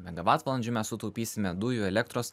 megavatvalandžių mes sutaupysime dujų elektros